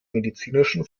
medizinischen